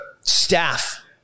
staff